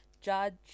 Judge